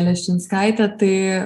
leščinskaitė tai